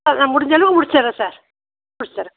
ஆ நான் முடிஞ்ச அளவுக்கு முடிச்சுட்றேன் சார் முடித்துத் தரேன்